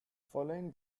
following